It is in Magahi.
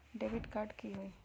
डेबिट कार्ड की होई?